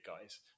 guys